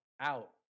out